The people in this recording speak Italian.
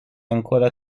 ancora